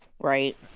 Right